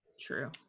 True